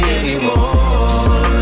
anymore